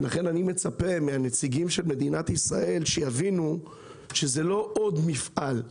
ולכן אני מצפה מהנציגים של מדינת ישראל שיבינו שזה לא עוד מפעל,